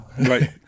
Right